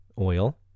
oil